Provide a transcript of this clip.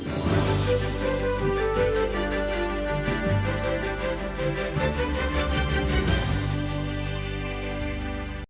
Дякую